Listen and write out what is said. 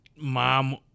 Mom